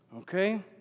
okay